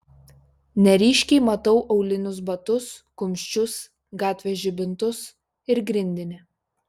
neryškiai matau aulinius batus kumščius gatvės žibintus ir grindinį